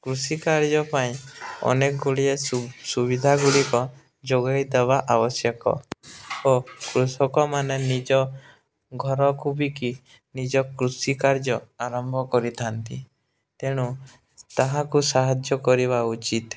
କୃଷି କାର୍ଯ୍ୟ ପାଇଁ ଅନେକ ଗୁଡ଼ିଏ ସୁ ସୁବିଧା ଗୁଡ଼ିକ ଯୋଗାଇଦେବା ଆବଶ୍ୟକ ଓ କୃଷକମାନେ ନିଜ ଘରକୁ ବିକି ନିଜ କୃଷି କାର୍ଯ୍ୟ ଆରମ୍ଭ କରିଥାନ୍ତି ତେଣୁ ତାହାକୁ ସାହାଯ୍ୟ କରିବା ଉଚିତ